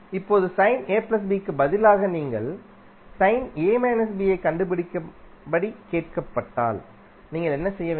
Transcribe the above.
இப்போதுக்குப் பதிலாக நீங்கள் யைக் கண்டுபிடிக்கும்படி கேட்கப்பட்டால்நீங்கள் என்ன செய்ய வேண்டும்